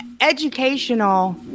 educational